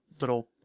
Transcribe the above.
little